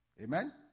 Amen